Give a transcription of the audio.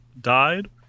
died